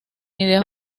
ideas